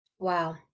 Wow